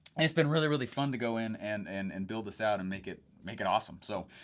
and it's been really, really fun to go in and and and build this out, and make it make it awesome. so,